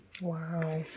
Wow